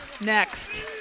next